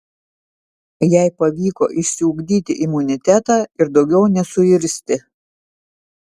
jai pavyko išsiugdyti imunitetą ir daugiau nesuirzti